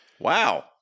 Wow